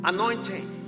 Anointing